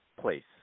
place